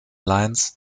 lines